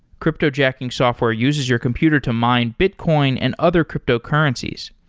cryptojacking software uses your computer to mine bitcoin and other cryptocurrencies.